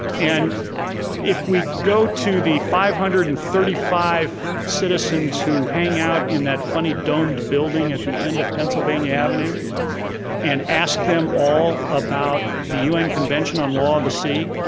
and if we go to the five hundred and thirty five citizens who hang out in that funny domed building at the end of pennsylvania avenue and ask them all about the un convention on law of the sea,